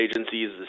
agencies